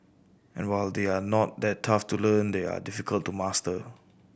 and while they are not that tough to learn they are difficult to master